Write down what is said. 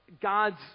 God's